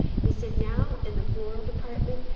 he said now in the floral department,